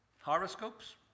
Horoscopes